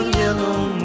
yellow